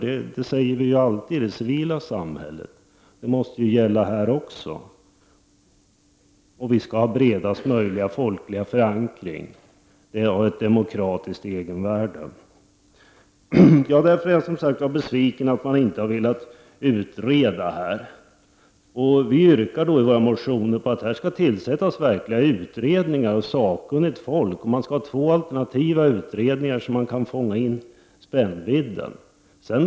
Detta säger vi ja alltid i det civila samhället, och det måste väl gälla även här. Vi skall oc ha bredast möjliga folkliga förankring, eftersom detta har ett demokratiskt egenvärde. Jag är som sagt besviken över att man inte har velat utreda dessa frågor. Vi yrkar i våra motioner på att det skall tillsättas verkliga utredningar med sakkunnigt folk. Det skall finnas två alternativa utredningar så att spännvidden kan fångas in.